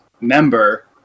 member